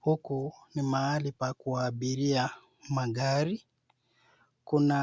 Huku ni mahali pa kuabiria magari, kuna